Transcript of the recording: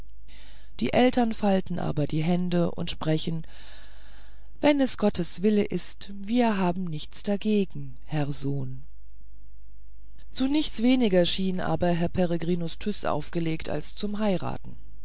die eltern falten aber die hände und sprechen wenn es gottes wille ist wir haben nichts dagegen herr sohn zu nichts weniger schien aber herr peregrinus tyß aufgelegt als zum heiraten